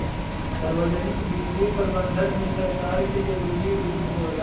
सार्वजनिक वित्तीय प्रबंधन में सरकार के जरूरी रूप होला